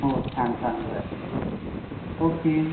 हो छान चांगला आहे ओके